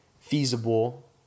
feasible